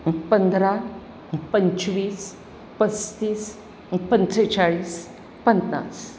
पंधरा पंचवीस पस्तीस पंचेचाळीस पन्नास